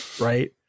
right